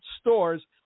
stores